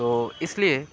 تو اس لیے